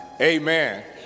amen